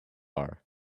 bar